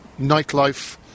nightlife